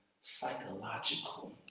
psychological